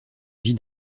vie